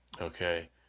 okay